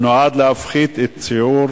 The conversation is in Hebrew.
שנועד להפחית את שיעור